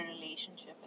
relationship